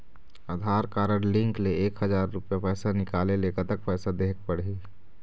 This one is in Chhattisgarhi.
आधार कारड लिंक ले एक हजार रुपया पैसा निकाले ले कतक पैसा देहेक पड़ही?